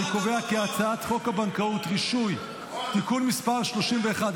אני קובע כי הצעת חוק הבנקאות (רישוי) (תיקון מס' 31),